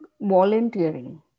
volunteering